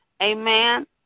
Amen